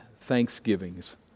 thanksgivings